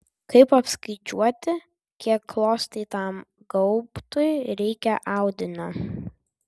kaip apskaičiuoti kiek klostytam gaubtui reikia audinio